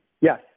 Yes